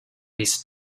rhys